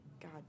god